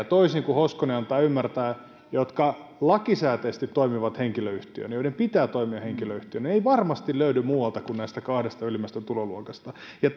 toisin kuin hoskonen antaa ymmärtää yhtään apteekkaria jotka lakisääteisesti toimivat henkilöyhtiönä joiden pitää toimia henkilöyhtiönä ei varmasti löydy muualta kuin näistä kahdesta ylimmästä tuloluokasta ja